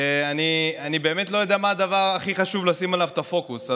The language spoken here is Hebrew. שאני באמת לא יודע מה הדבר הכי חשוב לשים עליו את הפוקוס.